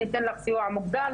ניתן לך סיוע מוגדל,